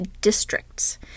districts